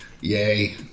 yay